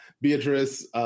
Beatrice